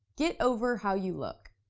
get over how you look.